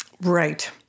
Right